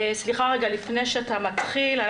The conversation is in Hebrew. לפני שאתה מתחיל,